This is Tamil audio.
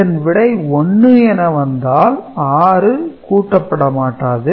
இதன் விடை 1 என வந்தால் 6 கூட்டப்படாது